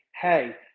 Hey